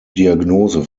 diagnose